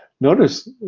Notice